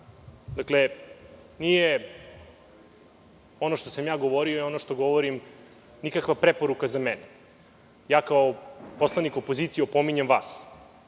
radim. Dakle, ono što sam ja govorio i ono što govorim nije nikakva preporuka za mene. Kao poslanik opozicije opominjem vas